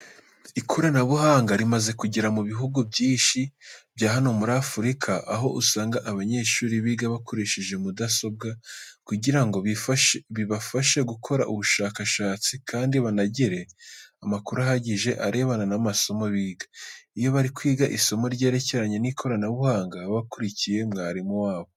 Ikoranabuhanga rimaze kugera mu bihugu byinshi bya hano muri Afurika, aho usanga abanyeshuri biga bakoresheje mudasobwa kugira ngo bibafashe gukora ubushakashatsi kandi banagire amakuru ahagije arebana n'amasomo biga. Iyo bari kwiga isomo ryerekeranye n'ikoranabuhanga baba bakurikiye mwarimu wabo.